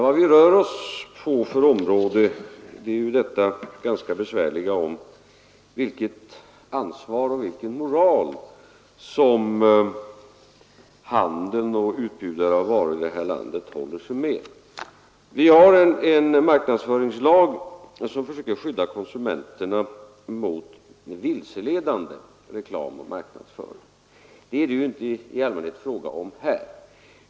Herr talman! Vad det här gäller är vilket ansvar och vilken moral som handeln och utbjudare av varor här i landet håller sig med. Vi har en marknadsföringslag för att skydda konsumenterna mot vilseledande reklam och marknadsföring. Men det är det ju i allmänhet inte fråga om här.